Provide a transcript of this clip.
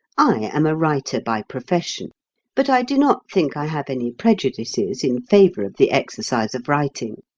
i am a writer by profession but i do not think i have any prejudices in favour of the exercise of writing.